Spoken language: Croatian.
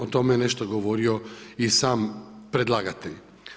O tome je nešto govorio i sam predlagatelj.